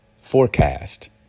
forecast